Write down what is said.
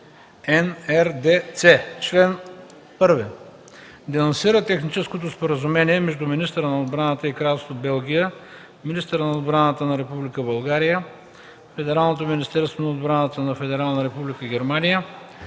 NRDC) Чл. 1. Денонсира Техническото споразумение между министъра на отбраната на Кралство Белгия, Министерството на отбраната на Република България, Федералното министерство на отбраната на Федерална република Германия,